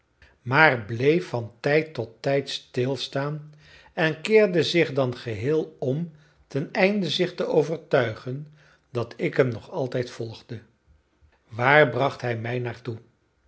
maar bleef van tijd tot tijd stilstaan en keerde zich dan geheel om teneinde zich te overtuigen dat ik hem nog altijd volgde waar bracht hij mij naar